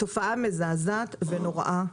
תופעה מזעזעת ונוראה.